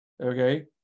okay